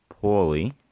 poorly